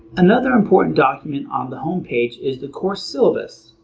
another important document on the home page is the course syllabus.